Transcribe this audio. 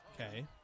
Okay